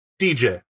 DJ